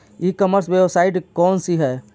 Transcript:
ई commerce website कौन सी है?